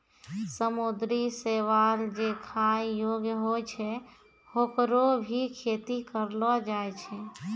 समुद्री शैवाल जे खाय योग्य होय छै, होकरो भी खेती करलो जाय छै